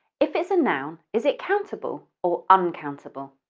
if it's a noun, is it countable or uncountable?